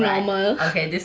I know right